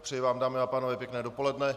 Přeji vám, dámy a pánové, pěkné dopoledne.